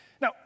Now